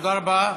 תודה רבה.